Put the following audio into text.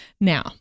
Now